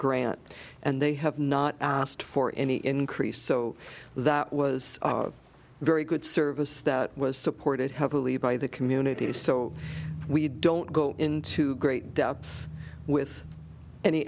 grant and they have not asked for any increase so that was very good service that was supported heavily by the community so we don't go into great depth with any